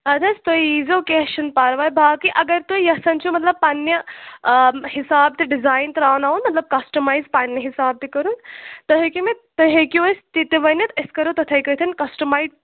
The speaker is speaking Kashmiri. اَدٕ حظ تۄہہِ یِزیو کیٚنٛہہ چھُنہٕ پَرواے باقے اگر تُہۍ یَژھان چھُو مطلب پنٛنہِ حِساب تہٕ ڈِزاین تروناوُن مطلب کسٹمَر پنٛنہِ حِساب تہِ کَرُن تۄہہِ ہیٚکِو مےٚ تُہۍ ہیٚکِو اَسہِ تِتہِ ؤنِتھ أسۍ کَرو تِتھےکٲتھٮ۪ن کسٹمَر